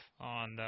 on